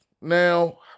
Now